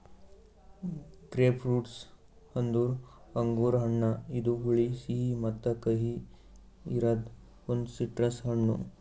grapefruit ಅಂದುರ್ ಅಂಗುರ್ ಹಣ್ಣ ಇದು ಹುಳಿ, ಸಿಹಿ ಮತ್ತ ಕಹಿ ಇರದ್ ಒಂದು ಸಿಟ್ರಸ್ ಹಣ್ಣು